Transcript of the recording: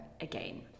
again